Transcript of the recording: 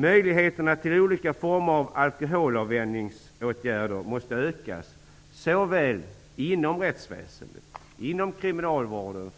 Möjligheterna till olika former av alkoholavvänjning för de trafiknykterhetsbrottslingar som döms till fängelse måste ökas såväl inom rättsväsendet och kriminalvården